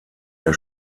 der